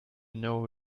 know